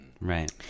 Right